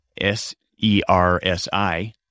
S-E-R-S-I